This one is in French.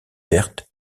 verte